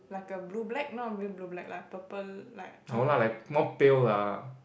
like a blue black not really blue black lah purple like